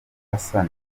hassan